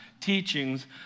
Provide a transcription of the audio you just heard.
teachings